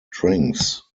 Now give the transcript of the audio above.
drinks